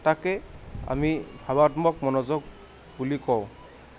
তাকে আমি ভাৱাত্মক মনোযোগ বুলি কওঁ